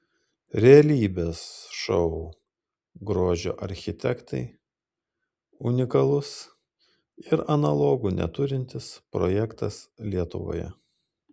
realybės šou grožio architektai unikalus ir analogų neturintis projektas lietuvoje